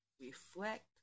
reflect